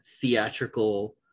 theatrical